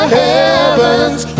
heavens